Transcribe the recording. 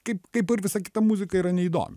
kaip kaip ir visa kita muzika yra neįdomi